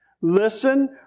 listen